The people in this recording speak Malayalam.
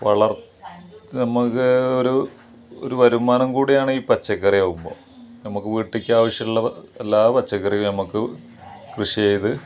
വളർ നമുക്ക് ഒരു ഒരു വരുമാനം കൂടിയാണ് ഈ പച്ചക്കറിയാകുമ്പോൽ നമുക്ക് വീട്ടിലേക്കാവശ്യമുള്ള എല്ലാ പച്ചക്കറിയും നമുക്ക് കൃഷി ചെയ്ത്